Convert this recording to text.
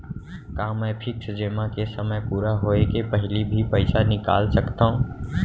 का मैं फिक्स जेमा के समय पूरा होय के पहिली भी पइसा निकाल सकथव?